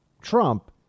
Trump